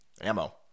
Ammo